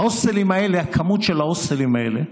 ההוסטלים האלה,